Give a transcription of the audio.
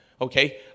Okay